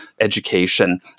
education